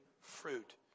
fruit